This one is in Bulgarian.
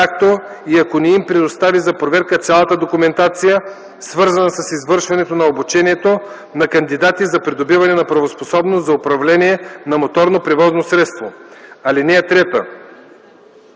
както и ако не им предостави за проверка цялата документация, свързана с извършването на обучението на кандидати за придобиване на правоспособност за управление на моторно превозно средство. (3)